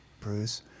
Bruce